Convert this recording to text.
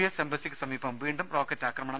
S എംബസിക്ക് സമീപം വീണ്ടും റോക്കറ്റ് ആക്രമണം